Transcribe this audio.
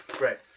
Right